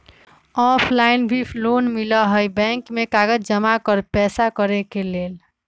Offline भी loan मिलहई bank में कागज जमाकर पेशा करेके लेल?